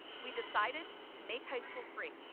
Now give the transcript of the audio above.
we decided to make high school free.